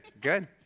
good